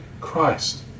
Christ